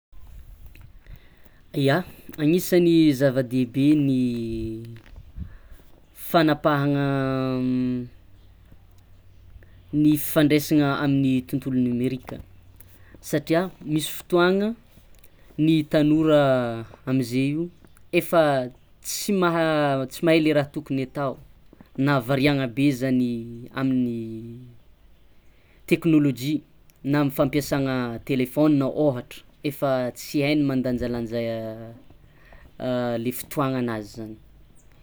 Ia agnisan'ny zavadehibe ny fagnapahana ny fifandraisana amin'ny tontolo numerika satria misy fotoagna nhy tanora amzeo io efa tsy maha- mahe le raha tokony atao mahavariagna be zany ny amin'ny teknôlôjia na amy fampiasana telefôna ohatra efa tsy haigny mandanjalanja le fotoagnanazy zany.